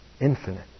Infinite